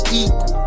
equal